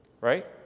Right